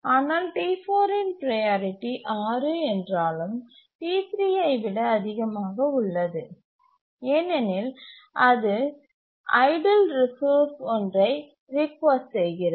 ஆனால் T4 இன் priority 6 என்றாலும் T3 ஐ விட அதிகமாக உள்ளது ஏனெனில் அது ஐடில் ரிசோர்ஸ் ஒன்றை ரிக்வெஸ்ட் செய்கிறது